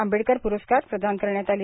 आंबेडकर प्रस्कार प्रदान करण्यात आले